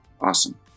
awesome